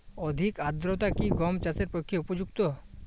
অধিক আর্দ্রতা কি গম চাষের পক্ষে উপযুক্ত?